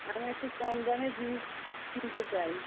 আমি একটু কম দামে জিনিস কিনতে চাই